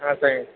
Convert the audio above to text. ஆ சரிங்க